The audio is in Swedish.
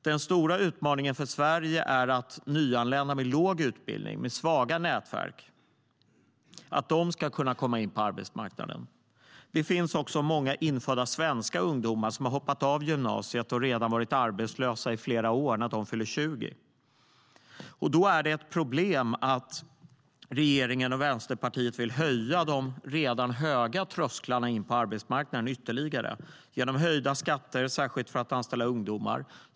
Den stora utmaningen för Sverige är att nyanlända med låg utbildning och svaga nätverk ska kunna komma in på arbetsmarknaden. Det finns också många svenska ungdomar som har hoppat av gymnasiet och redan varit arbetslösa i flera år när de fyller 20. Då är det ett problem att regeringen och Vänsterpartiet vill höja de redan höga trösklarna in på arbetsmarknaden, genom höjda skatter, särskilt för att anställa ungdomar.